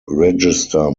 register